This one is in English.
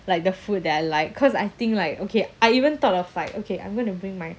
like the food that I like cause I think like okay I even thought of like okay I'm going to bring my